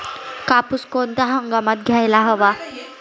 कापूस कोणत्या हंगामात घ्यायला हवा?